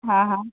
હાં હાં